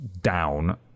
down